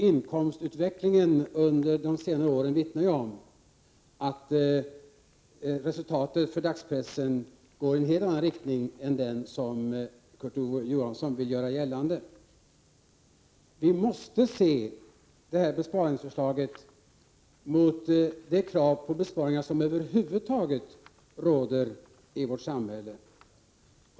Inkomsterna under senare år vittnar ju om att utvecklingen när det gäller resultatet för dagspressen går i en helt annan riktning än den som Kurt Ove Johansson vill göra gällande. Vi måste ställa det här besparingsförslaget mot de krav på besparingar över huvud taget som finns i vårt samhälle.